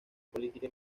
política